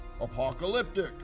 apocalyptic